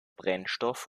brennstoff